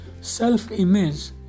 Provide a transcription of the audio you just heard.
self-image